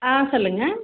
ஆ சொல்லுங்க